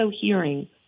hearing